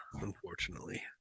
unfortunately